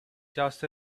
just